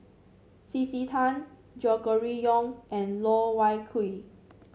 C C Tan Gregory Yong and Loh Wai Kiew